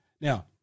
Now